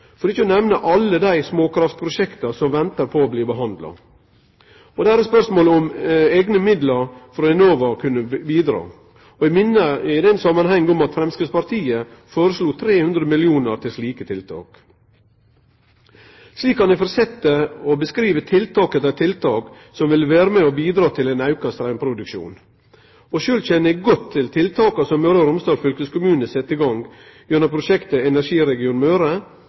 for ikkje å nemne alle dei småkraftprosjekta som ventar på å bli behandla. Det er eit spørsmål om eigne midlar frå Enova kunne bidra. Eg minner i den samanhengen om at Framstegspartiet føreslo 300 mill. kr til slike tiltak. Slik kan eg fortsetje å beskrive tiltak etter tiltak som ville vere med på å bidra til ein auka straumproduksjon. Sjølv kjenner eg godt til tiltaka som Møre og Romsdal fylkeskommune har sett i gang gjennom prosjektet Energiregion Møre,